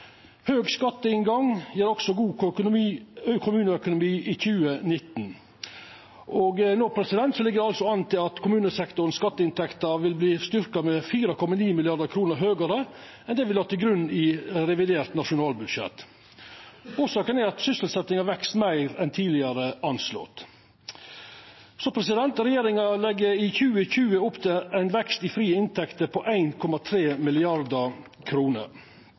Høg skatteinngang gjev også god kommuneøkonomi i 2019, og no ligg det an til at skatteinntektene til kommunesektoren vil verta 4,9 mrd. kr høgare enn det me la til grunn i revidert nasjonalbudsjett. Årsaka er at sysselsetjinga veks meir enn tidlegare anslått. Regjeringa legg i 2020 opp til ein vekst i frie inntekter på